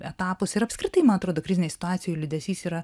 etapuose ir apskritai man atrodo krizinėj situacijoj liūdesys yra